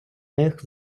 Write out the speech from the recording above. них